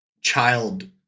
child